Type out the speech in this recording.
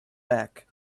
back